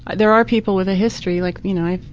there are people with a history like you know.